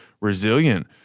resilient